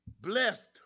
Blessed